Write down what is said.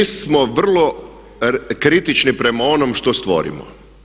Mi smo vrlo kritični prema onom što stvorimo.